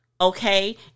Okay